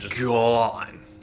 gone